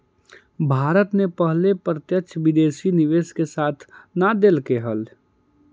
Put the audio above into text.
भारत ने पहले प्रत्यक्ष विदेशी निवेश का साथ न देलकइ हल